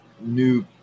new